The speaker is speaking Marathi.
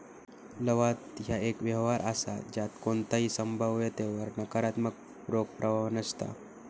लवाद ह्या एक व्यवहार असा ज्यात कोणताही संभाव्यतेवर नकारात्मक रोख प्रवाह नसता